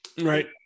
right